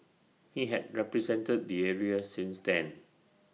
he had represented the area since then